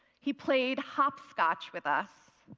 he played hopscotch with us.